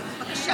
בבקשה.